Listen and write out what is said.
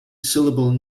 syllable